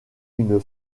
une